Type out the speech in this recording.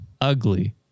ugly